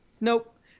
nope